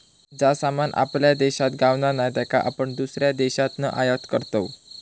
जा सामान आपल्या देशात गावणा नाय त्याका आपण दुसऱ्या देशातना आयात करतव